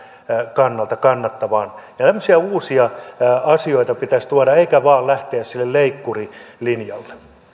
kannalta kannattavan tämmöisiä uusia asioita pitäisi tuoda eikä vain lähteä sille leikkurilinjalle